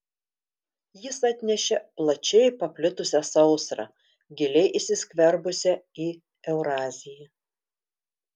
jis atnešė plačiai paplitusią sausrą giliai įsiskverbusią į euraziją